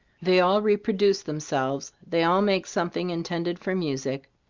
they all reproduce themselves, they all make something intended for music,